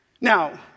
Now